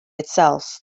itself